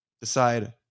decide